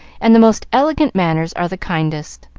and the most elegant manners are the kindest.